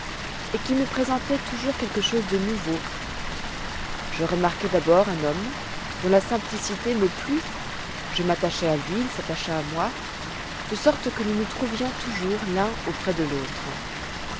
et qui me présentoit toujours quelque chose de nouveau je remarquai d'abord un homme dont la simplicité me plut je m'attachai à lui il s'attacha à moi de sorte que nous nous trouvions toujours l'un auprès de l'autre